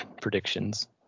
predictions